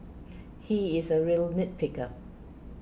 he is a real nit picker